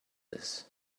this